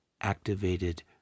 activated